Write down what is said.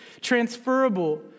transferable